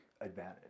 advantage